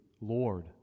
Lord